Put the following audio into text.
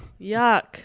Yuck